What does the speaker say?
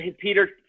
Peter